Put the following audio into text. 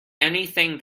anything